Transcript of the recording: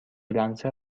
لنسر